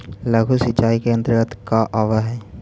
लघु सिंचाई के अंतर्गत का आव हइ?